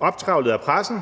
optrevlet af pressen,